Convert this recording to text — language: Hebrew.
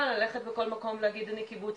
ללכת בכל מקום ולהגיד אני קיבוצניקית.